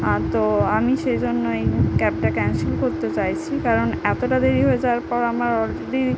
আর তো আমি সেজন্যই ক্যাবটা ক্যান্সেল করতে চাইছি কারণ এতটা দেরি হয়ে যাওয়ার পর আমার অলরেডি